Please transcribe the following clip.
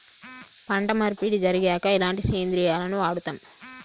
పంట మార్పిడి జరిగాక ఎలాంటి సేంద్రియాలను వాడుతం?